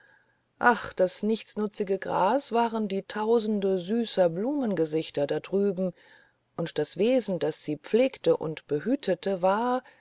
ach das nichtsnutzige gras waren die tausende süßer blumengesichtchen da drüben und das wesen das sie pflegte und behütete war